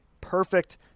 perfect